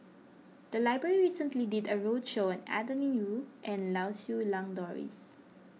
the library recently did a roadshow on Adeline Ooi and Lau Siew Lang Doris